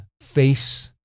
face